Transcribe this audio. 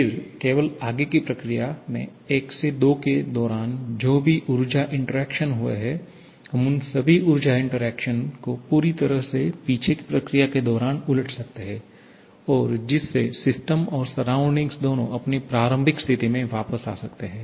फिर केवल आगे की प्रक्रिया मे 1 से 2 के दौरान जो भी ऊर्जा इंटरैक्शन हुए हैं हम उन सभी ऊर्जा इंटरैक्शन को पूरी तरह से पीछे की प्रक्रिया के दौरान उलट सकते हैं और जिससे सिस्टम और सराउंडिंग दोनों अपनी प्रारंभिक स्थिति में वापस आ सकते हैं